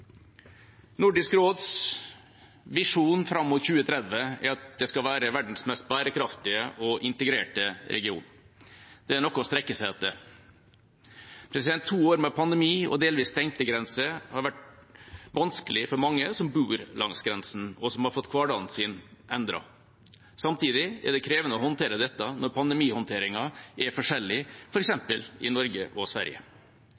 Nordisk råds visjon fram mot 2030 er at det skal være verdens mest bærekraftige og integrerte region. Det er noe å strekke seg etter. To år med pandemi og delvis stengte grenser har vært vanskelig for mange som bor langs grensen, og som har fått hverdagen sin endret. Samtidig er det krevende å håndtere dette når pandemihåndteringen er forskjellig, f.eks. i Norge og Sverige.